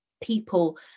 people